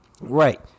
Right